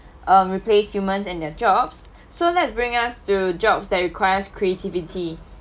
uh replace humans and their jobs so let's bring us to jobs that requires creativity